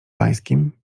pańskim